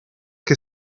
che